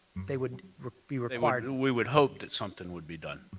they would would be required we would hope that something would be done